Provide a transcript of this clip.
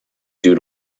due